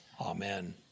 Amen